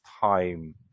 time